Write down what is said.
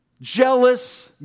jealous